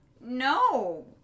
No